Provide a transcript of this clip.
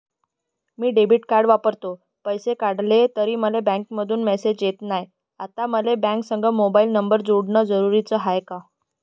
मी debit card वापरतो, पैसे काढले तरी मले बँकेमंधून मेसेज येत नाय, आता मले बँकेसंग मोबाईल नंबर जोडन जरुरीच हाय का?